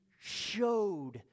showed